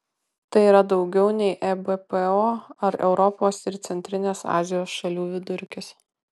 tai yra daugiau nei ebpo ar europos ir centrinės azijos šalių vidurkis